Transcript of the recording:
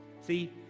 See